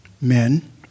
men